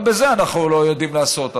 גם את זה אנחנו לא יודעים לעשות,